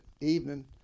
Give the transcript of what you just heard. evening